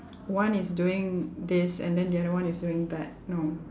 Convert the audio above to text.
one is doing this and then the other one is doing that no